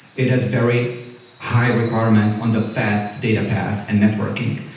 it does very high requirements on the fast data path and networking,